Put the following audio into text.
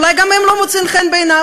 אולי גם הם לא מוצאים חן בעיניו?